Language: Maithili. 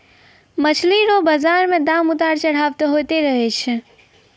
मछली रो बाजार मे दाम उतार चढ़ाव होते रहै छै